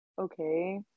okay